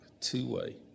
two-way